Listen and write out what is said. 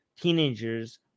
teenagers